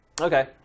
Okay